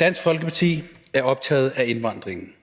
Dansk Folkeparti er optaget af indvandringen.